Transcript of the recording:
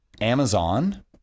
Amazon